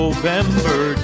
November